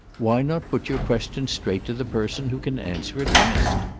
why not put your question straight to the person who can answer it best?